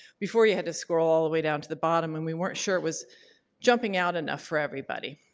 before you had scroll all the way down to the bottom and we weren't sure it was jumping out enough for everybody.